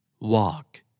walk